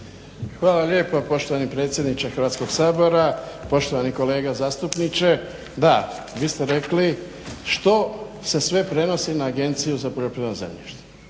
Hvala lijepa poštovani predsjedniče Hrvatskog sabora. Poštovani kolega zastupniče, da, vi ste rekli što se sve prenosi na Agenciju za poljoprivredno zemljište